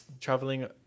traveling